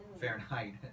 Fahrenheit